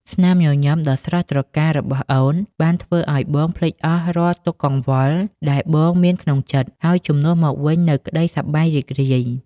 ស្នាមញញឹមដ៏ស្រស់ត្រកាលរបស់អូន បានធ្វើឱ្យបងភ្លេចអស់រាល់ទុក្ខកង្វល់ដែលបងមានក្នុងចិត្ត ហើយជំនួសមកវិញនូវក្តីសប្បាយរីករាយ។